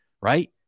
right